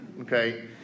Okay